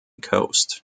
coast